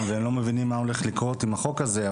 והם לא מבינים מה הולך לקרות עם החוק הזה,